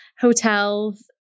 hotels